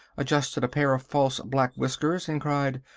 adjusted a pair of false black whiskers and cried,